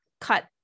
cut